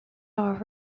are